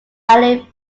ely